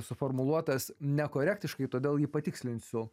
suformuluotas nekorektiškai todėl jį patikslinsiu